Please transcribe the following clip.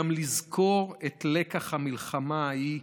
אלא גם לזכור את לקח המלחמה ההיא,